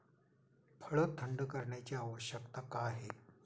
फळ थंड करण्याची आवश्यकता का आहे?